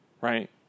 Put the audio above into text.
right